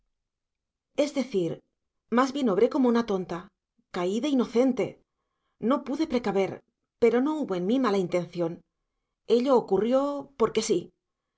es decir más bien obré como una tonta caí de inocente no supe precaver pero no hubo en mí mala intención ello ocurrió porque sí